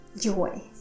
joy